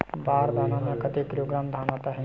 बार दाना में कतेक किलोग्राम धान आता हे?